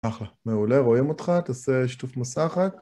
אחלה, מעולה רואים אותך, תעשה שיתוף מסע רק